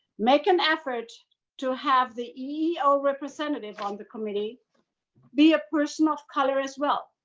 make an effort to have the eeo representative on the committee be a person of color as well.